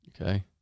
Okay